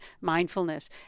mindfulness